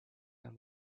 and